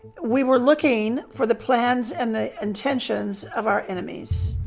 we were looking for the plans and the intentions of our enemies.